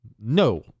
No